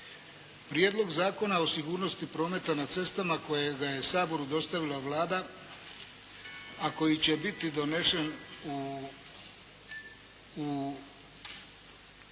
Prijedlog zakona o sigurnosti prometa na cestama kojega je Saboru dostavila Vlada, a koji će biti donesen u